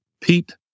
Pete